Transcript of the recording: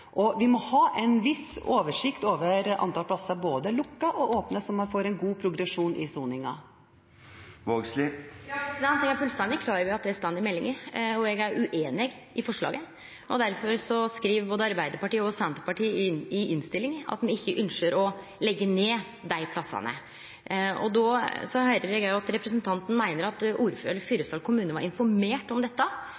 Og vi må ha en viss oversikt over antall plasser, både lukkede og åpne, så man får en god progresjon i soningen. Ja, eg er fullstendig klar over at det står i meldinga, og eg er ueinig i forslaget. Derfor skriv både Arbeidarpartiet og Senterpartiet i innstillinga at me ikkje ønskjer å leggje ned dei plassane. Så høyrer eg òg at representanten meiner at